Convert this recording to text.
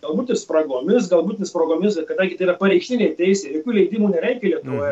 galbūt ir spragomis galbūt ne spragomis muzika kadangi tai yra pareikštinė teisė jokių leidimų nereikia lietuvoje